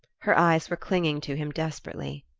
her eyes were clinging to him desperately.